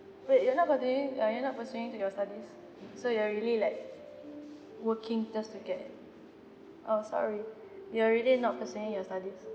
wait you're not continuing uh you're not pursuing to your studies so you are really like working just to get a oh sorry you're really not pursuing your studies